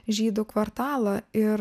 žydų kvartalą ir